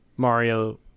mario